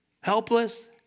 helpless